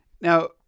Now